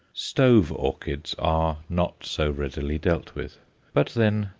stove orchids are not so readily dealt with but then,